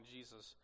Jesus